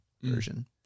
version